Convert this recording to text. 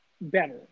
better